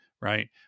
right